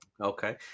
Okay